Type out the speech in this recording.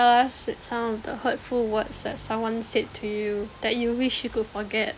us some of the hurtful words that someone said to you that you wish you could forget